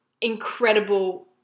incredible –